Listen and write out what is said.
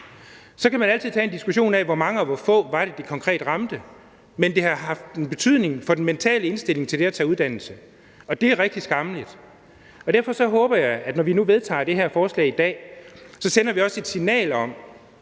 Så kan man altid tage en diskussion af, hvor mange – eller hvor få – det var, det konkret ramte, men det har haft en betydning for den mentale indstilling til det at tage en uddannelse, og det er skammeligt. Derfor håber jeg, at når vi nu vedtager det her forslag i dag, sender vi også et signal om,